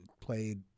played